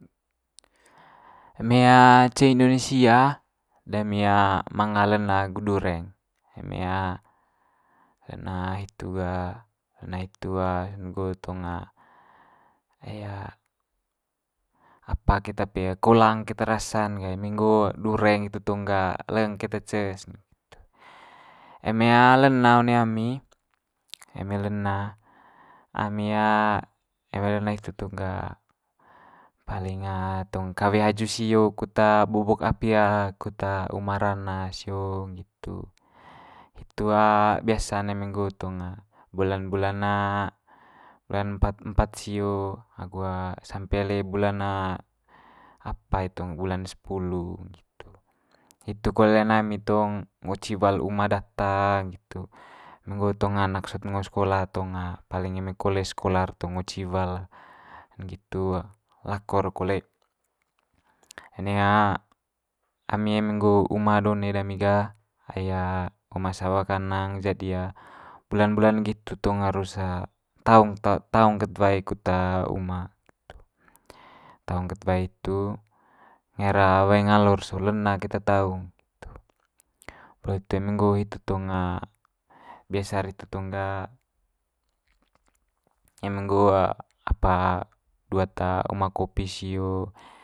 Eme ce indonesia dami manga lena agu dureng, eme lena hitu ga lena hitu hot nggo tong ai apa keta pe kolang keta rasa'n ga eme nggo dureng hitu tong ga leng keta ces ne itu. Eme lena one ami eme lena ami eme lena hitu tong ga paling tong kawe haju sio kut bobok api kut uma rana sio, nggitu. Hitu biasa'n eme nggo tong bulan bulan bulan empat empat sio agu sampe le bulan apa i tong bulan sepulu nggitu. Hitu kole len ami tong ngo ciwal uma data nggitu eme nggo tong anak sot ngo sekola tong paling eme kole sekola'r tong ngo ciwal nggitu, lako'r kole one ami eme nggo uma done dami ga ai uma sawa kanang jadi bulan bulan nggitu tong harus taung ta- taung kat wae kut uma itu, taung ket wae itu ngai'r wae ngalor so lena keta taung. Poli itu eme nggo hitu tong biasa'r hitu tong ga eme nggo apa duat uma kopi sio.